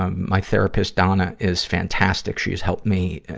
um my therapist, donna, is fantastic. she has helped me, ah,